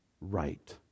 right